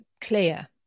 clear